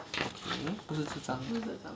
okay 不是这张